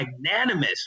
magnanimous